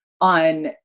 on